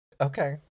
Okay